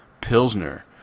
Pilsner